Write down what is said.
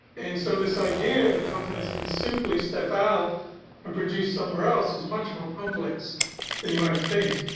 and so this idea that companies can simply step out and produce somewhere else is much more complex than you might think.